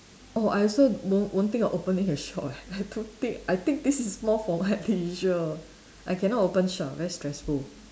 oh I also won't won't think of opening a shop eh I don't think I think this is more for my leisure I cannot open shop very stressful